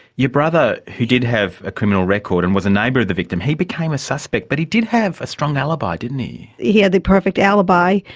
your brother, who did have a criminal record and was a neighbour of the victim, he became a suspect, but he did have a strong alibi, didn't he? he had the perfect alibi,